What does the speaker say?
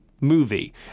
movie